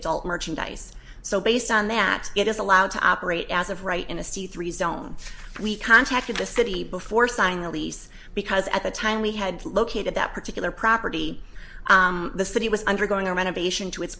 adult merchandise so based on that it is allowed to operate as of right in a c three don't we contacted the city before signing a lease because at the time we had located that particular property the city was undergoing a renovation to its